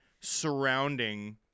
surrounding